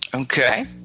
Okay